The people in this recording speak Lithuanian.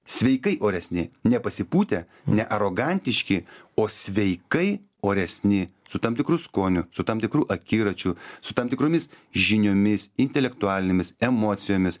sveikai oresni nepasipūtę nearogantiški o sveikai oresni su tam tikru skoniu su tam tikru akiračiu su tam tikromis žiniomis intelektualinėmis emocijomis